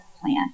plan